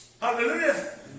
hallelujah